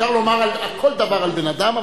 אפשר לומר כל דבר על בן-אדם,